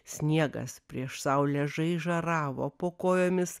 sniegas prieš saulė žaižaravo po kojomis